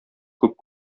күп